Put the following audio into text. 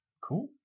cool